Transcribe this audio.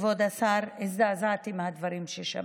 כבוד השר, שהזדעזעתי מהדברים ששמעתי.